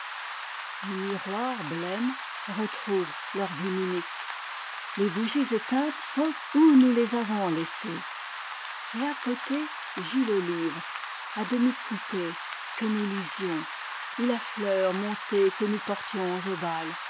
les miroirs blêmes retrouvent leur vie mimique les bougies éteintes sont où nous les avons laissées et à côté gît le livre à demi coupé que nous lisions ou la fleur montée que nous portions